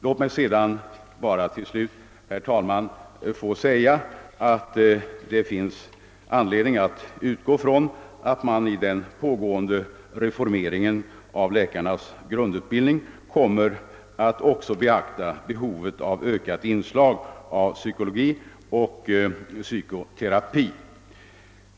Låt mig till slut säga att det finns anledning att förutsätta att man med den pågående reformeringen av läkarnas grundutbildning också kommer att beakta behovet av ett ökat inslag av psykologi och psykoterapi.